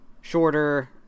shorter